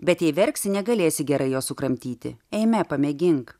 bet jei verksi negalėsi gerai jos sukramtyti eime pamėgink